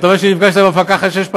אתה אומר שנפגשת עם המפקחת שש פעמים.